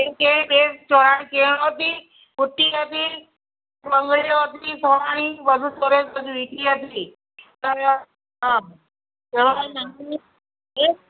એક સોનાની ચેન હતી બુટ્ટી હતી બંગડીઓ હતી સોનાની બધું કરેલ વીંટી હતી અને એ